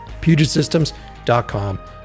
PugetSystems.com